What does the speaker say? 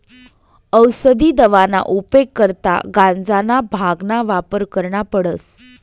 औसदी दवाना उपेग करता गांजाना, भांगना वापर करना पडस